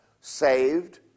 Saved